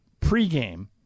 pregame